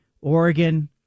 Oregon